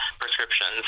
prescriptions